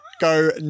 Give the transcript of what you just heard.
go